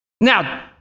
Now